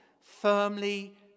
firmly